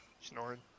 Snoring